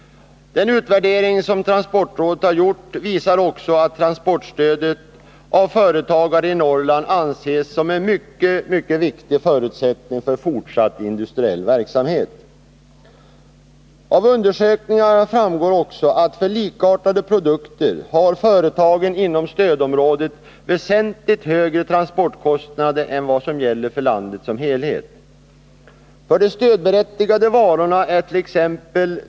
Den utvärdering som transportrådet har gjort visar också att transportstödet av företagare i Norrland anses som en mycket viktig förutsättning för fortsatt industriell verksamhet. Av undersökningarna framgår också att företagen inom stödområdet för likartade produkter har väsentligt högre transportkostnader än vad som gäller för landet som helhet. För de stödberättigade varorna ärt.ex.